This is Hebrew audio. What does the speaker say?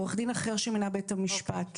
עורך דין אחר שמינה בית המשפט.